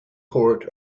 port